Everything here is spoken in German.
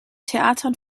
theatern